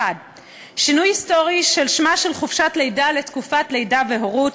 1. שינוי היסטורי של השם "חופשת לידה" ל"תקופת לידה והורות".